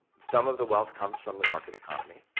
some of the wealth comes from the market economy,